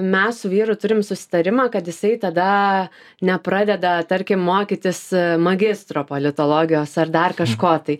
mes su vyru turim susitarimą kad jisai tada nepradeda tarkim mokytis magistro politologijos ar dar kažko tai